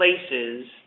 places